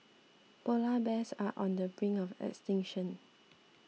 Polar Bears are on the brink of extinction